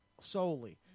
solely